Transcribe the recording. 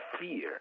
fear